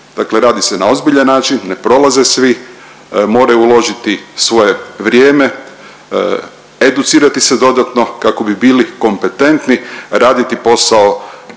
Dakle radi se na ozbiljan način, ne prolaze svi. Moraju uložiti svoje vrijeme, educirati se dodatno kako bi bili kompetentni raditi posao